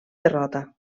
derrota